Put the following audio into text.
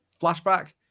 flashback